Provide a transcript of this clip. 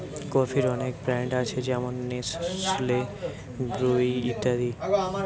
কফির অনেক ব্র্যান্ড আছে যেমন নেসলে, ব্রু ইত্যাদি